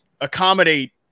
accommodate